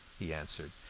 he answered.